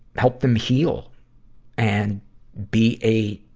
help them heal and be a,